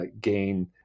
gain